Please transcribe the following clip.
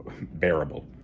bearable